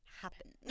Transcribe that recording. happen